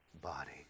body